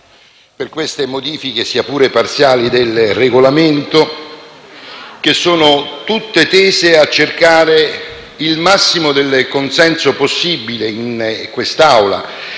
per queste modifiche, sia pure parziali, del Regolamento, che sono tutte tese a cercare il massimo del consenso possibile in quest'Assemblea,